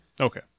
Okay